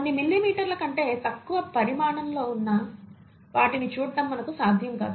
కొన్ని మిల్లీమీటర్ల కంటే తక్కువ పరిమాణంలో ఉన్న వాటిని చూడటం మనకు సాధ్యం కాదు